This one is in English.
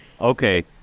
Okay